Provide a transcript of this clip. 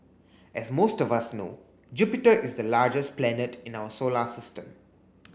as most of us know Jupiter is the largest planet in our solar system